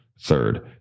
Third